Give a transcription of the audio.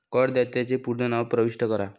करदात्याचे पूर्ण नाव प्रविष्ट करा